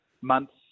months